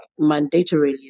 mandatorily